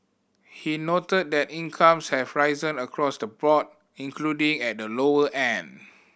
he noted that incomes have risen across the board including at the lower end